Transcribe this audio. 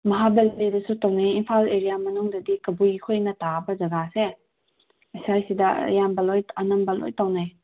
ꯃꯍꯥꯕꯂꯤꯗꯁꯨ ꯇꯧꯅꯩ ꯏꯝꯐꯥꯜ ꯑꯦꯔꯤꯌꯥ ꯃꯅꯨꯡꯗꯗꯤ ꯀꯕꯨꯏ ꯈꯣꯏꯅ ꯇꯥꯕ ꯖꯒꯥꯁꯦ ꯑꯁꯥꯏꯁꯤꯗ ꯑꯌꯥꯝꯕ ꯂꯣꯏ ꯑꯅꯝꯕ ꯂꯣꯏ ꯇꯧꯅꯩ